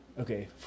Okay